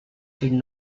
did